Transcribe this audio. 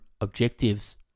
objectives